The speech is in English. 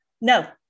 No